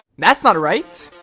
that's not right